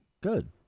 Good